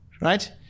right